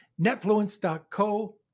Netfluence.co